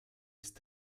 ist